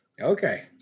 Okay